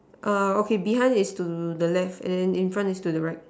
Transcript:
err okay behind is to the left then in front is to the right